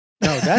No